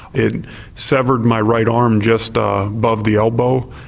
it severed my right arm just ah above the elbow,